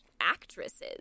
actresses